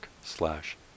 slash